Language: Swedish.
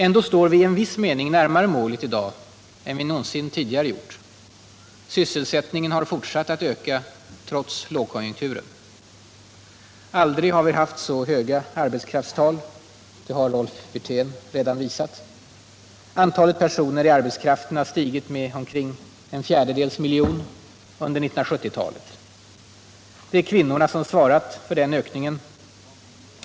Ändå står vi i viss mening närmare målet i dag än vi någonsin tidigare gjort: sysselsättningen har fortsatt att öka trots lågkonjunkturen. Aldrig har vi haft så höga arbetskraftstal. Det har Rolf Wirtén visat. Antalet personer i arbetskraften har stigit med omkring en fjärdedels miljon under 1970 talet. Det är kvinnorna som svarat för den ökningen.